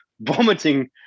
vomiting